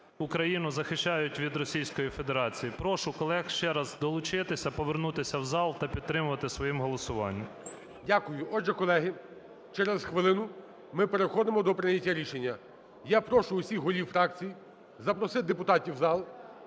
Україну захищають від Російської Федерації. Прошу колег ще раз долучитися, повернутися в зал та підтримувати своїм голосуванням. ГОЛОВУЮЧИЙ. Дякую. Отже, колеги, через хвилину ми переходимо до прийняття рішення. Я прошу всіх голів фракцій запросити депутатів в зал.